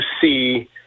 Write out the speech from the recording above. see